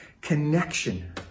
connection